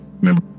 Remember